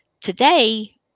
today